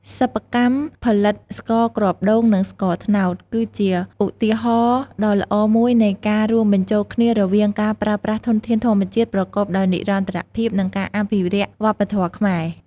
សិប្បកម្មផលិតស្ករគ្រាប់ដូង និងស្ករត្នោត គឺជាឧទាហរណ៍ដ៏ល្អមួយនៃការរួមបញ្ចូលគ្នារវាងការប្រើប្រាស់ធនធានធម្មជាតិប្រកបដោយនិរន្តរភាព និងការអភិរក្សវប្បធម៌ខ្មែរ។